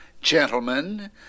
Gentlemen